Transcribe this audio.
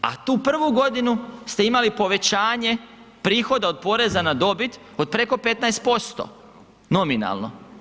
A tu prvu godinu ste imali povećanje prihoda od poreza na dobit od preko 15% nominalno.